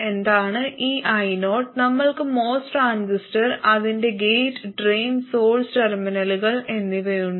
എന്താണ് ഈ io നമ്മൾക്ക് MOS ട്രാൻസിസ്റ്റർ അതിന്റെ ഗേറ്റ് ഡ്രെയിൻ സോഴ്സ് ടെർമിനലുകൾ എന്നിവയുണ്ട്